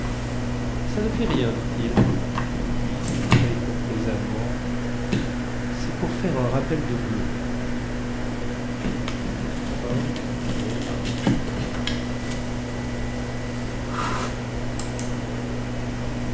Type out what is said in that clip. ça ne fait rien dit-il puis très complaisamment cest pour faire un rappel de bleu